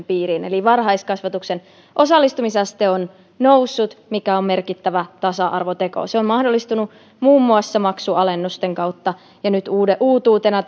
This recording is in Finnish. piiriin eli varhaiskasvatuksen osallistumisaste on noussut mikä on merkittävä tasa arvoteko se on mahdollistunut muun muassa maksualennusten kautta ja nyt uutuutena